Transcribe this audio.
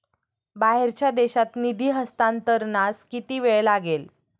बाहेरच्या देशात निधी हस्तांतरणास किती वेळ लागेल?